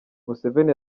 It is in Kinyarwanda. museveni